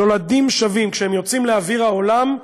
נולדים שווים.